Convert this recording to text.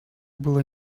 было